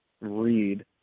read